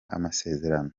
amasezerano